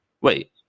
wait